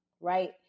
Right